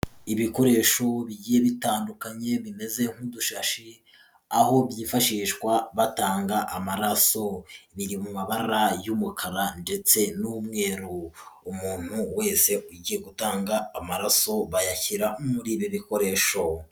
Ibikoresho bigiye bitandukanye bimeze nk'udushashi, aho byifashishwa batanga amaraso biri mu mabara y'umukara ndetse n'umweru, umuntu wese ugiye gutanga amaraso bayashyira muri ibi bikoresho.